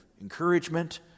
encouragement